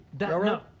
No